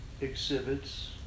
exhibits